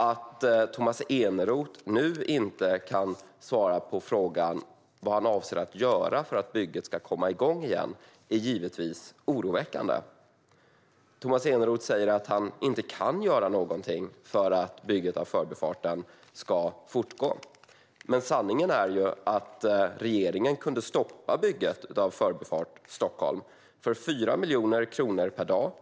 Att Tomas Eneroth nu inte kan svara på frågan vad han avser att göra för att bygget ska komma i gång igen är givetvis oroväckande. Tomas Eneroth säger att han inte kan göra någonting för att bygget av Förbifarten ska fortgå. Men sanningen är ju att regeringen kunde stoppa bygget för 4 miljoner kronor per dag.